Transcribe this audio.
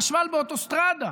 חשמל באוטוסטרדה.